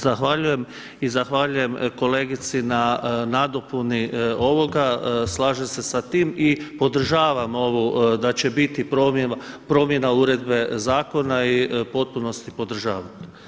Zahvaljujem i zahvaljujem kolegici na nadopuni ovoga, slažem se sa time i podržavam ovo da će biti promjena uredbe zakona i u potpunosti podržavam.